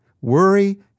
Worry